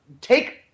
take